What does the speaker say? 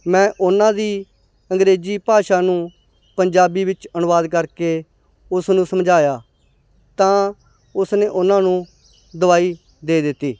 ਮੈਂ ਉਹਨਾਂ ਦੀ ਅੰਗਰੇਜ਼ੀ ਭਾਸ਼ਾ ਨੂੰ ਪੰਜਾਬੀ ਵਿੱਚ ਅਨੁਵਾਦ ਕਰਕੇ ਉਸ ਨੂੰ ਸਮਝਾਇਆ ਤਾਂ ਉਸਨੇ ਉਹਨਾਂ ਨੂੰ ਦਵਾਈ ਦੇ ਦਿੱਤੀ